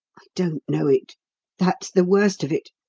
don't know it that's the worst of it.